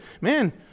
man